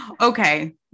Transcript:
Okay